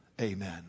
Amen